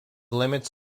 limits